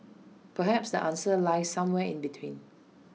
perhaps the answer lies somewhere in between